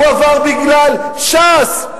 הוא עבר בגלל ש"ס,